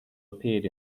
appeared